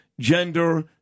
gender